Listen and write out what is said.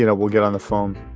you know we'll get on the phone